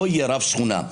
לא יהיה רב שכונה,